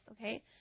okay